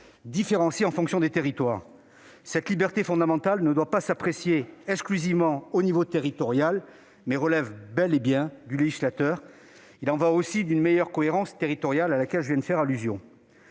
vont d'un point à un autre. Cette liberté fondamentale ne doit pas s'apprécier exclusivement au niveau territorial, mais relève bel et bien du législateur. Il y va aussi d'une meilleure cohérence territoriale à laquelle je viens de faire allusion.